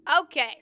Okay